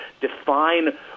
define